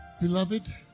Beloved